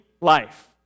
life